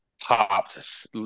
popped